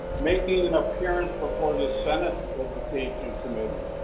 making an appearance before the senate education committee,